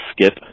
skip